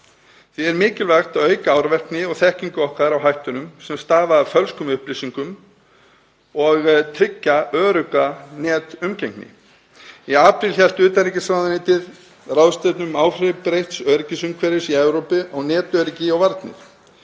Því er mikilvægt að auka árvekni og þekkingu okkar á hættum sem stafa af fölskum upplýsingum og tryggja örugga netumgengni. Í apríl hélt utanríkisráðuneytið ráðstefnu um áhrif breytts öryggisumhverfis í Evrópu, netöryggi og varnir.